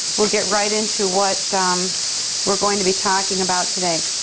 we'll get right into what we're going to be talking about today.